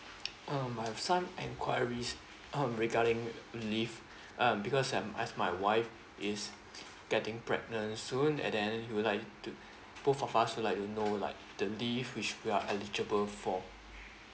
um I have some enquiries regarding leave um because I'm as my wife is getting pregnant soon and then we would like to both of us would like to know like the leave which we are eligible for